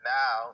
now